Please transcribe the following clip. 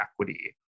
equity